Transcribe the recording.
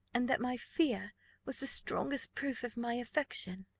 and that my fear was the strongest proof of my affection.